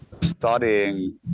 studying